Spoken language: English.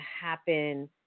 happen